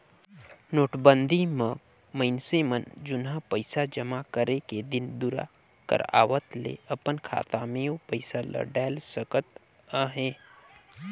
नोटबंदी म मइनसे मन जुनहा पइसा जमा करे के दिन दुरा कर आवत ले अपन खाता में ओ पइसा ल डाएल सकत अहे